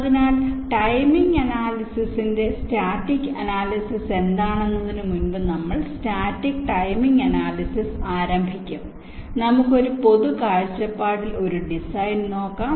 അതിനാൽ ടൈമിംഗ് അനാലിസിസിന്റെ static analysis എന്താണെന്നതിന് മുമ്പ് നമ്മൾ സ്റ്റാറ്റിക് ടൈമിംഗ് അനാലിസിസ് ആരംഭിക്കും നമുക്ക് ഒരു പൊതു കാഴ്ചപ്പാടിൽ ഒരു ഡിസൈൻ നോക്കാം